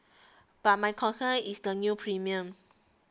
but my concern is the new premiums